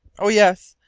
oh yes,